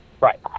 Right